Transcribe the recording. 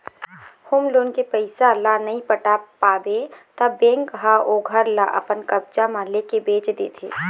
home loan के पइसा ल नइ पटा पाबे त बेंक ह ओ घर ल अपन कब्जा म लेके बेंच देथे